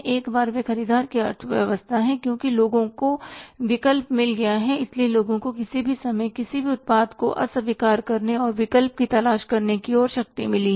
एक बार वे ख़रीदार की अर्थव्यवस्था हैं क्योंकि लोगों को विकल्प मिल गए हैं इसलिए लोगों को किसी भी समय किसी भी उत्पाद को अस्वीकार करने और विकल्प की तलाश करने की और शक्ति मिली है